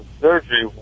surgery